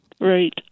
Right